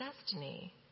destiny